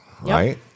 right